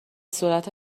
صورت